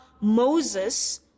Moses